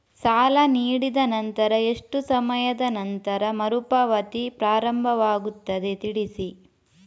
ಸಾಲ ನೀಡಿದ ನಂತರ ಎಷ್ಟು ಸಮಯದ ನಂತರ ಮರುಪಾವತಿ ಪ್ರಾರಂಭವಾಗುತ್ತದೆ ತಿಳಿಸಿ?